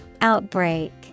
Outbreak